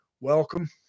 welcome